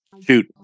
Shoot